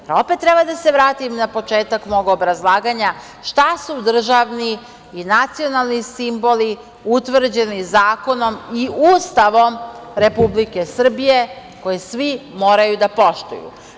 Jel opet treba da se vratim na početak mog obrazlaganja šta su državni i nacionalni simboli utvrđeni zakonom i Ustavom Republike Srbije koje svi moraju da poštuju?